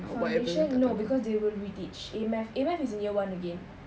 foundation no because they will reteach A math A math is in year one again